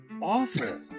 awful